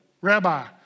Rabbi